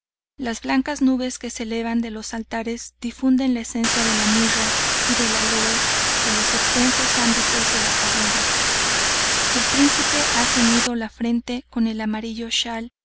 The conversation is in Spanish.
las blancas nubes que se elevan de los altares difunden la esencia de la mirra y del aloe por los extensos ámbitos de la pagoda el príncipe ha ceñido la frente con el amarillo